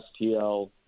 STL